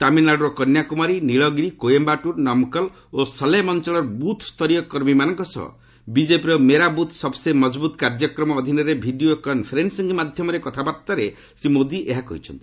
ତାମିଲନାଡୁର କନ୍ୟାକୁମାରୀ ନୀଳଗିରି କୋଏମ୍ଘାଟୁର୍ ନମକଲ ଓ ସଲେମ୍ ଅଞ୍ଚଳର ବୁଥ୍ସରୀୟ କର୍ମୀମାନଙ୍କ ସହ ବିଜେପିର 'ମେରା ବୁଥ୍ ସବ୍ସେ ମଜବୁତ୍' କାର୍ଯ୍ୟକ୍ରମ ଅଧୀନରେ ଭିଡ଼ିଓ କନ୍ଫରେନ୍ସିଂ ମାଧ୍ୟମରେ କଥାବାର୍ତ୍ତାରେ ଶ୍ରୀ ମୋଦି ଏହା କହିଛନ୍ତି